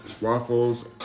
Waffles